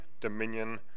dominion